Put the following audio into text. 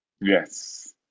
Yes